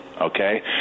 okay